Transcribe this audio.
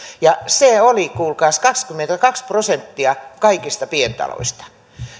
ja se oli kuulkaas kaksikymmentäkaksi prosenttia kaikista pientaloista